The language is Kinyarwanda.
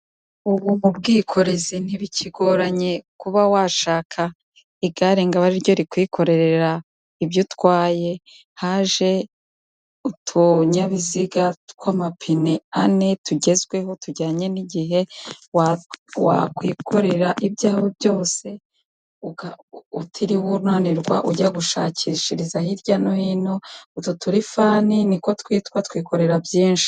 Ubu mu bwikorezi ntibikigoranye kuba washaka igare ngo abe ari ryo rikwikorera ibyo utwaye, haje utunyabiziga tw'amapine ane tugezweho tujyanye n'igihe, wakwikorera ibyawe byose utiriwe unanirwa ujya gushakishiriza hirya no hino, utu turifani niko twitwa twikorera byinshi.